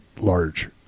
large